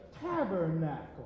tabernacle